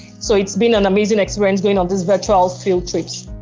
so it's been an amazing experience going on these virtual field trips.